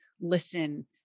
listen